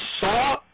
Saw